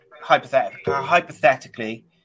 hypothetically